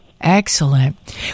Excellent